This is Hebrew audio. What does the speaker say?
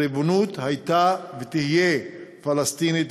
הריבונות הייתה ותהיה פלסטינית,